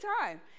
time